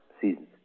seasons